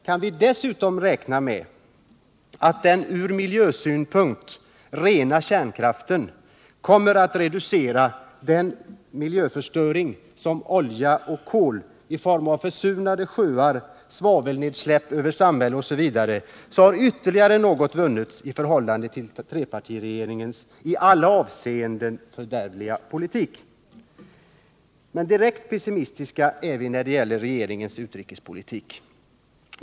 Kan vi dessutom räkna med att den från miljösynpunkt rena kärnkraften kommer att reducera den miljöförstöring som olja och kol åstadkommer i form av försurade sjöar, svavelnedsläpp över samhällen, osv. har ytterligare något vunnits i förhållande till trepartiregeringens i alla avseenden fördärvliga politik. Men direkt pessimistiska är vi när det gäller regeringens utrikespolitik.